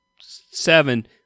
seven